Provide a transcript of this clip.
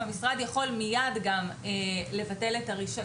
המשרד יכול לבטל מיד את הרישיון.